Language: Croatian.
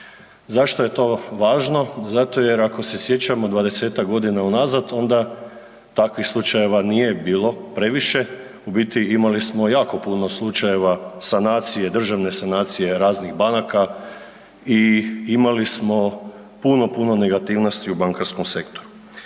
Zašto je važno? Zato jer ako se sjećamo dvadesetak godina unazad onda takvih slučajeva nije bilo previše u biti imali smo jako puno slučajeva sanacije, državne sanacije raznih banaka i imali smo puno, puno negativnosti u bankarskom sektoru.